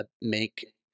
make